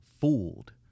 fooled